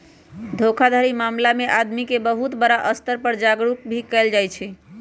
धोखाधड़ी मामला में आदमी के बहुत बड़ा स्तर पर जागरूक भी कइल जाहई